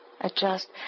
adjust